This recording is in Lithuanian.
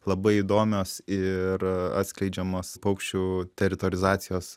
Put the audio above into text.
labai įdomios ir atskleidžiamos paukščių teritorizacijos